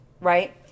right